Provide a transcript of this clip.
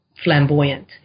flamboyant